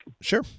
Sure